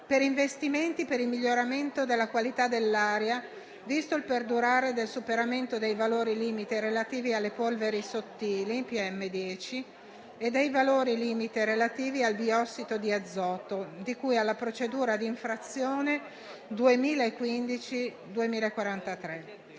a investimenti per il miglioramento della qualità dell'aria, visto il perdurare del superamento dei valori limite relativi alle polveri sottili PM10 e dei valori limite relativi al biossido di azoto, di cui alla procedura di infrazione n. 2043